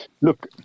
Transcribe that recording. look